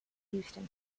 houston